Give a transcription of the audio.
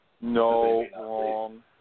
No